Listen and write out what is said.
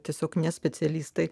tiesiog ne specialistai